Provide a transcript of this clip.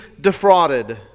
defrauded